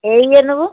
ఏ year నువ్వు